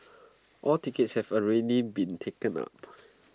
all tickets have already been taken up